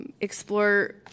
explore